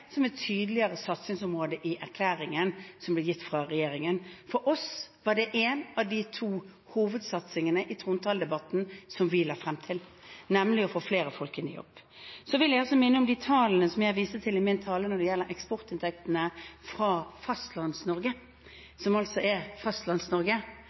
som et tydeligere satsingsområde i erklæringen fra regjeringen. For oss var det én av de to hovedsatsingene vi la frem i trontalen, nemlig å få flere folk i jobb. Så vil jeg minne om de tallene jeg viste til i mitt innlegg når det gjelder eksportinntektene fra